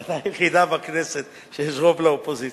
הוועדה היחידה בכנסת שיש בה רוב לאופוזיציה,